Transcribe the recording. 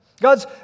God's